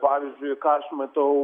pavyzdžiui ką aš matau